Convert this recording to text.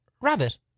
Rabbit